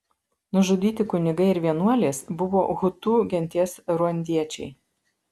nužudyti kunigai ir vienuolės buvo hutu genties ruandiečiai